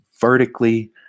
vertically